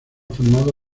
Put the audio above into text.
formado